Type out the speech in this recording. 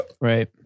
right